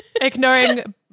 Ignoring